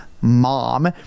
mom